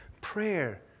prayer